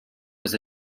was